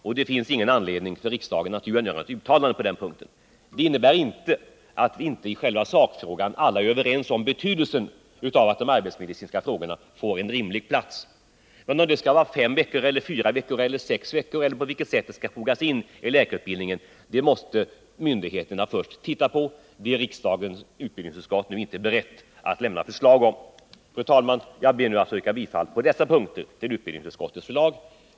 Det finns alltså ingen anledning för riksdagen att nu göra ett uttalande på den punkten. Det betyder inte att vi i själva sakfrågan inte skulle vara överens om betydelsen av att de arbetsmedicinska frågorna får en rimlig plats. Om utbildningen i dessa frågor skall omfatta fyra, fem eller sex veckor, eller om den skall fogas in i läkarutbildningen på annat sätt, måste berörda myndigheter först ta ställning till. På den punkten är således riksdagens utbildningsutskott inte berett att nu lämna förslag. Fru talman! Jag ber att på dessa punkter få yrka bifall till hemställan i utbildningsutskottets betänkande.